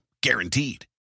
Guaranteed